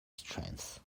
strength